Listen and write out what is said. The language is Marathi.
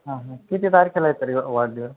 हां हां किती तारखेला आहे तरी न वाढदिवस